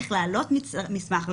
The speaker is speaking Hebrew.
איך להעלות מסמך,